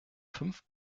fünf